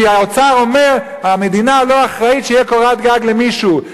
כי האוצר אומר: המדינה לא אחראית שתהיה קורת גג למישהו.